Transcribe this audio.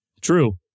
True